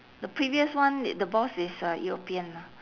the previous one the boss is a european lah